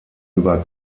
über